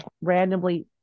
randomly